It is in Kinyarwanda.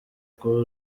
kuba